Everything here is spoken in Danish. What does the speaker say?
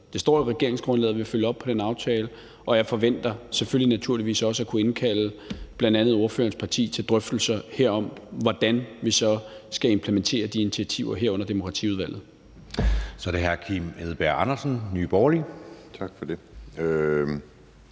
Det står i regeringsgrundlaget, at vi vil følge op på den aftale, og jeg forventer naturligvis også at kunne indkalde bl.a. ordførerens parti til drøftelser om, hvordan vi så skal implementere de initiativer, herunder demokratiudvalget.